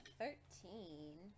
thirteen